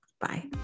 Bye